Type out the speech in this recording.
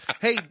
Hey